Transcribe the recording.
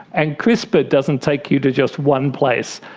and crispr doesn't take you to just one place,